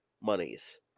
monies